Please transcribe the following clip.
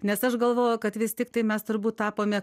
nes aš galvoju kad vis tiktai mes turbūt tapome